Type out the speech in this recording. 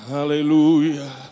Hallelujah